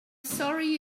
sorry